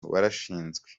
warashinzwe